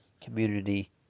community